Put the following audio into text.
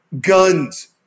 Guns